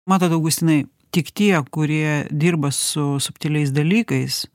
matot augustinai tik tie kurie dirba su subtiliais dalykais